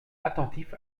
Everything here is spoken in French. attentifs